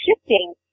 shifting